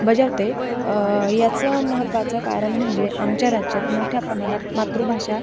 बजावते याचं महत्त्वाचं कारण म्हणजे आमच्या राज्यात मोठ्या प्रमाणात मातृभाषा